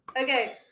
Okay